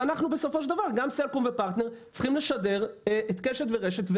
ובסופו של דבר גם סלקום ופרטנר צריכים לשדר את קשת ורשת,